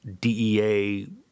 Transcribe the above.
DEA